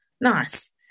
nice